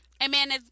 Amen